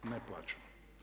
Ne plaćamo.